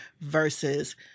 versus